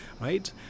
right